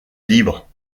libre